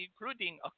including